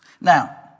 Now